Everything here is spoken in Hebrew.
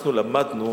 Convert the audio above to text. אנחנו למדנו